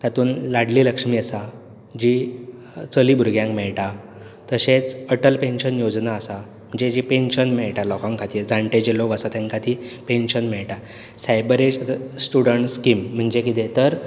तातूंत लाडली लक्ष्मी आसा जी चली भुरग्यांक मेळटा तशेंच अटल पॅन्शन योजना आसा जी जी पेन्शन मेळटा लोकांक खातीर जाण्टे जे लोक आसा तांकां ती पेन्शन मेळटा सायबरेज आतां स्टुडंट स्कीम म्हणजे कितें तर